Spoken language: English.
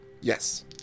Yes